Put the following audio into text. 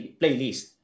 playlist